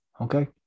Okay